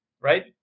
right